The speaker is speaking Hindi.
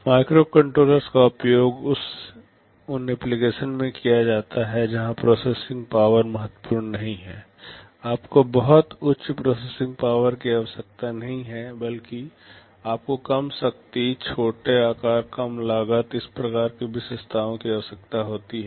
माइक्रोकंट्रोलर्स का उपयोग उन एप्लिकेशंस में किया जाता है जहां प्रोसेसिंग पावर महत्वपूर्ण नहीं है आपको बहुत उच्च प्रोसेसिंग पावर की आवश्यकता नहीं है बल्कि आपको कम शक्ति छोटे आकार कम लागत इस प्रकार की विशेषताओं की आवश्यकता होती है